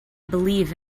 believe